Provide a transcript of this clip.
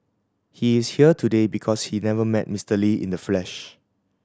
he is here today because he never met Mister Lee in the flesh